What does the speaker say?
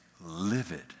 livid